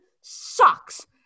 sucks